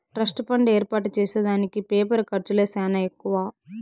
trust fund ఏర్పాటు చేసే దానికి పేపరు ఖర్చులే సానా ఎక్కువ